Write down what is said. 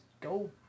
go